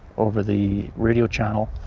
over the radio channel,